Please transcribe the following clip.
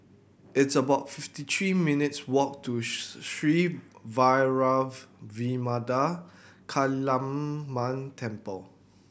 it's about fifty three minutes walk to Sri Vairavimada Kaliamman Temple